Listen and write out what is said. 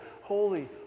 holy